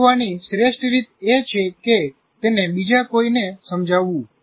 શીખવાની શ્રેષ્ઠ રીત એ છે કે તેને બીજા કોઈને સમજાવવું